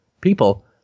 people